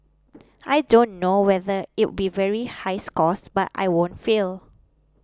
I don't know whether it'll be very high scores but I won't fail